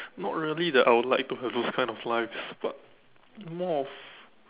not really that I will like to have those kind of lives but more of